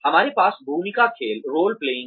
हमारे पास भूमिका खेल है